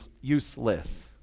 useless